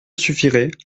suffirait